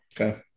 okay